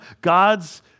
God's